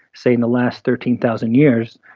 say in the last thirteen thousand years,